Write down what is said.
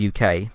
UK